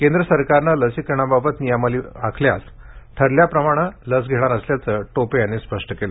केंद्र सरकारनं लसीकरणाबाबत नियमावली आखल्यास ठरलेल्या टप्प्याप्रमाणे लस धेणार असल्याचं टोपे यांनी स्पष्ट केलं